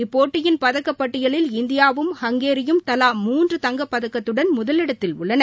இப்போட்டியின் பதக்கப் பட்டியலில் இந்தியாவும் ஹங்கேரியும் தலா மூன்று தங்கப் பதக்கத்துடன் முதலிடத்தில் உள்ளன